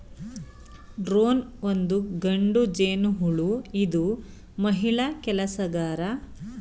drone ಒಂದು ಗಂಡು ಜೇನುಹುಳು ಇದು ಮಹಿಳಾ ಕೆಲಸಗಾರ ಜೇನುನೊಣದಂತೆ ಕುಟುಕುಗಳನ್ನು ಹೊಂದಿರೋದಿಲ್ಲ